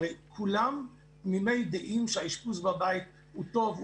הרי כולם תמימי דעים שהאשפוז בבית הוא טוב,